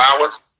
hours